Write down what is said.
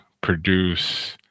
produce